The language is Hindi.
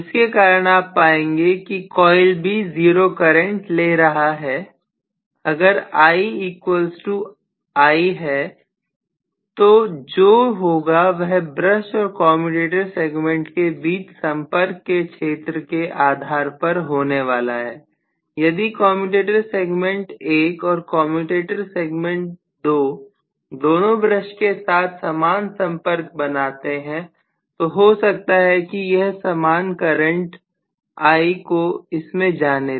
जिसके कारण आप पाएंगे कि कॉइल B 0 करंट ले जा रहा है अगर i I है तो जो होगा वह ब्रश और कम्यूटेटर सेगमेंट के बीच संपर्क के क्षेत्र के आधार पर होने वाला है यदि कम्यूटेटर सेगमेंट 1 और कम्यूटेटर सेगमेंट 2 दोनों ब्रश के साथ समान संपर्क बनाते हैं तो हो सकता है कि यह सामान करंट I को इसमें जाने दे